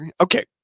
Okay